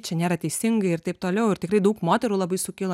čia nėra teisinga ir taip toliau ir tikrai daug moterų labai sukilo